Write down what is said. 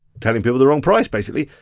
telling people the wrong price, basically.